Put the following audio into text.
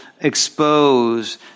expose